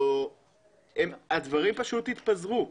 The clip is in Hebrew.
והדברים יתפזרו.